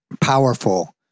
powerful